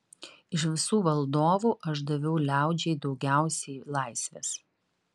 iš visų valdovų aš daviau liaudžiai daugiausiai laisvės